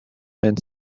and